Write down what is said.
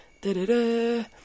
Da-da-da